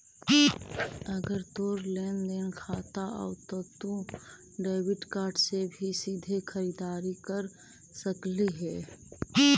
अगर तोर लेन देन खाता हउ त तू डेबिट कार्ड से भी सीधे खरीददारी कर सकलहिं हे